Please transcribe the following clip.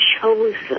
chosen